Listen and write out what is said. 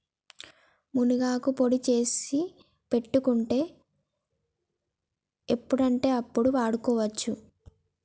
మునగాకు పొడి చేసి పెట్టుకుంటే ఎప్పుడంటే అప్పడు వాడుకోవచ్చు